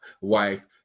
wife